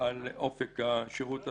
על אופק השירות הזה.